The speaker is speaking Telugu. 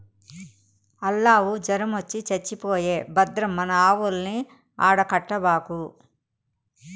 ఆల్లావు జొరమొచ్చి చచ్చిపోయే భద్రం మన ఆవుల్ని ఆడ కట్టబాకు